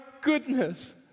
goodness